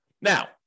Now